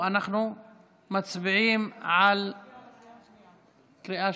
אנחנו מצביעים בקריאה